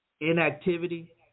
inactivity